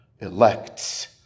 elects